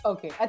Okay